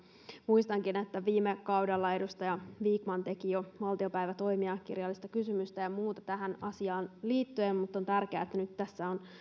muistankin että jo viime kaudella edustaja vikman teki valtiopäivätoimia kirjallista kysymystä ja muuta tähän asiaan liittyen mutta on tärkeää että nyt tässä on